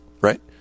Right